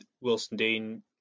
Wilson-Dean